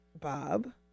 Bob